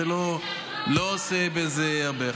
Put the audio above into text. זה לא עושה בזה הרבה ערך.